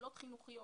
פעולות חינוכיות,